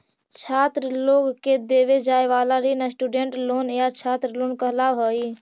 छात्र लोग के देवे जाए वाला ऋण स्टूडेंट लोन या छात्र लोन कहलावऽ हई